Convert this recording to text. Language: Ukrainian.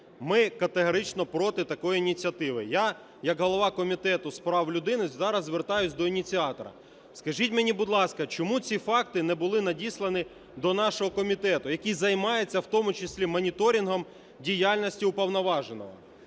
Ми категорично проти такої ініціативи. Я як голова Комітету з прав людини зараз звертаюся до ініціатора. Скажіть мені, будь ласка, чому ці факти не були надіслані до нашого комітету, який займається в тому числі моніторингом діяльності Уповноваженого?